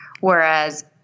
Whereas